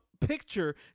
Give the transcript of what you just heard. picture